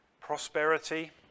prosperity